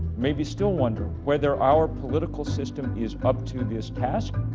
maybe still wonder, whether our political system is up to this task.